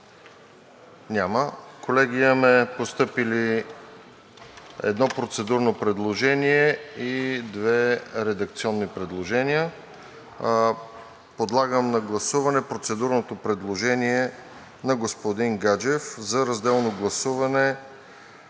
Няма. Колеги, имаме постъпили едно процедурно и две редакционни предложения. Подлагам на гласуване процедурното предложение на господин Гаджев за разделно гласуване